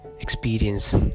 experience